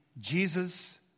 Jesus